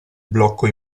blocco